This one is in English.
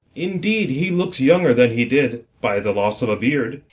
indeed he looks younger than he did, by the loss of a beard.